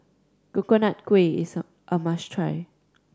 Coconut Kuih is a must try